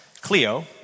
Cleo